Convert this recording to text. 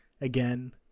again